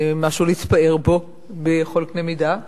משהו להתפאר בו בכל קנה מידה,